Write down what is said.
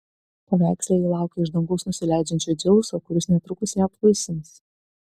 paveiksle ji laukia iš dangaus nusileidžiančio dzeuso kuris netrukus ją apvaisins